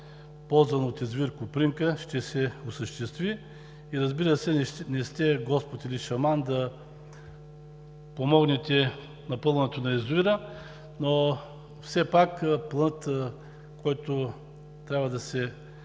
ползван от язовир „Копринка“, ще се осъществи. Разбира се, не сте Господ или шаман да помогнете напълването на язовира, но все пак планът, който трябва да се